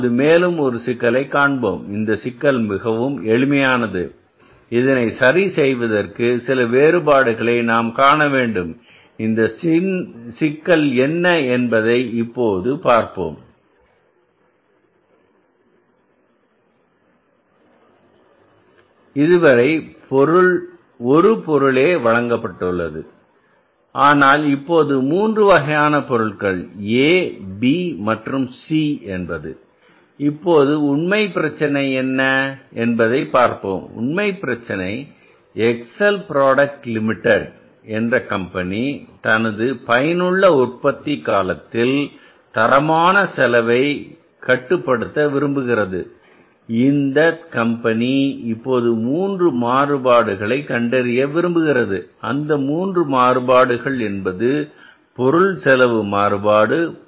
இப்போது மேலும் ஒரு சிக்கலை காண்போம் இந்த சிக்கல் மிகவும் எளிமையானது இதனை சரி செய்வதற்கு சில வேறுபாடுகளை நாம் காண வேண்டும் இந்த சிக்கல் என்ன என்பதை இப்போது பார்ப்போம் இதுவரை ஒரு பொருளே வழங்கப்பட்டது ஆனால் இப்போது மூன்று வகையான பொருட்கள் A B மற்றும் C என்பது இப்போது உண்மை பிரச்சனை என்ன என்பதை பார்ப்போம் உண்மையான பிரச்சினை எக்ஸெல் ப்ராடக்ட் லிமிடெட் என்ற கம்பெனி தனது பயனுள்ளஉற்பத்தி காலத்தில் தரமான செலவை கட்டுப்படுத்த விரும்புகிறது இந்தக் கம்பெனி இப்போது மூன்று மாறுபாடுகளை கண்டறிய விரும்புகிறது அந்த மூன்று மாறுபாடுகள் என்பது பொருள் செலவு மாறுபாடு